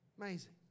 Amazing